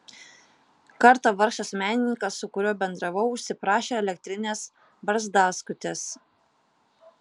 kartą vargšas menininkas su kuriuo bendravau užsiprašė elektrinės barzdaskutės